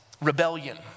rebellion